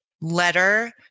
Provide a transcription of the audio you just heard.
letter